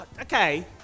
Okay